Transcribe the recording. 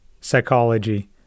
psychology